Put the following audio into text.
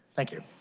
thank you.